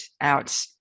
out